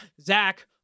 Zach